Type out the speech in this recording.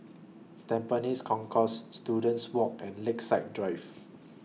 Tampines Concourse Students Walk and Lakeside Drive